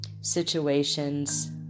situations